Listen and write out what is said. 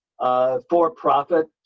for-profit